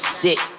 sick